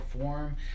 form